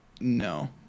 No